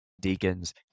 deacons